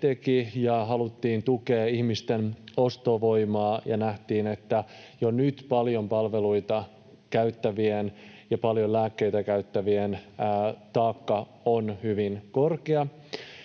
teki, ja haluttiin tukea ihmisten ostovoimaa ja nähtiin, että jo nyt paljon palveluita käyttävien ja paljon lääkkeitä käyttävien taakka on hyvin korkea,